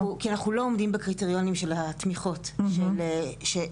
כי אנחנו לא עומדים בקריטריונים של התמיכות של הרשות,